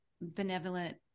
benevolent